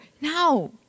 No